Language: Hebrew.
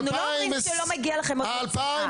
אנחנו לא אומרים שלא מגיע לכם עוד הקצאה.